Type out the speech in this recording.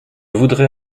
voudrais